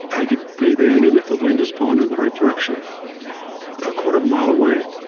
i could breathe in, and if the wind is blowing in the right direction a quarter of a mile away,